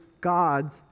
God's